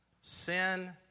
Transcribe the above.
sin